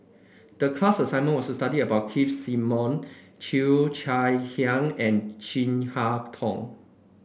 the class assignment was to study about Keith Simmon Cheo Chai Hiang and Chin Harn Tong